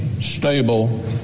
stable